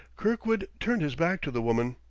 kirkwood turned his back to the woman.